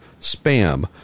SPAM